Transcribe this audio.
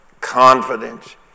confidence